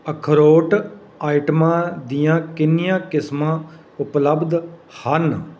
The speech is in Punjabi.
ਅਖਰੋਟ ਆਈਟਮਾਂ ਦੀਆਂ ਕਿੰਨੀਆਂ ਕਿਸਮਾਂ ਉਪਲੱਬਧ ਹਨ